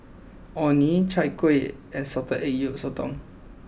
Orh Nee Chai Kueh and Salted Egg Yolk Sotong